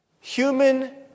human